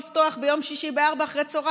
לפתוח ביום שישי ב-16:00,